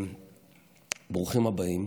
ברוכים הבאים.